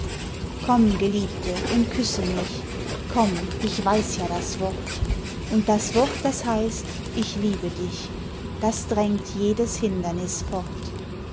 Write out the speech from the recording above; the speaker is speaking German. komm geliebte und küsse mich komm ich weiß ja das wort und das wort das heißt ich liebe dich das drängt jedes hindernis fort